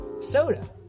Soda